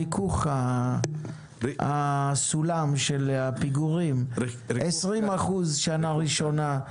ריכוך הסולם של הפיגורים, 20 אחוזים בשנה ראשונה,